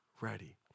ready